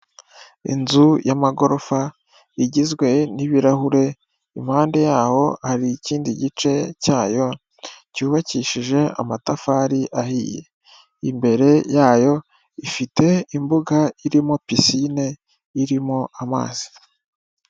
Inzu y'amagorofa igizwe n'ibirahuri, impande y'aho hari ikindi gice cy'ayo cyubakishije amatafari ahiye. Imbere yayo ifite imbuga irimo piscine irimo amazi.